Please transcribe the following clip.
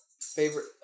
favorite